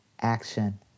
action